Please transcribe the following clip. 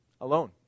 Alone